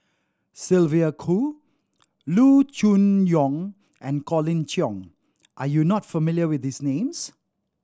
Sylvia Kho Loo Choon Yong and Colin Cheong are you not familiar with these names